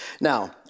Now